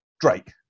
Drake